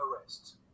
arrest